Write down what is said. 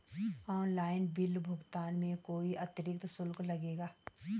Online bill भुगतान में कोई अतिरिक्त शुल्क लगेगा?